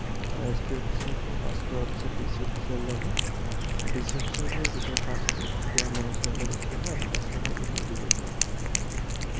আৰু S P অফিছৰ পৰা পাছ কৰাৰ পিছত ডি চি অফিচলে যাব আৰু ডি চি অফিচৰ পৰা যেতিয়া পাছ হ'ব তেতিয়া আমাৰ ওচৰলে গুচি আহে আমি কাষ্টমাৰক ওলিয়াই দিব পাৰোঁ